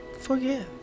forgive